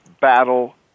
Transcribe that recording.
battle